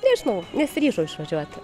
nežinau nesiryžau išvažiuoti